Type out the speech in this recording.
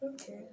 Okay